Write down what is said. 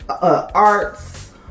arts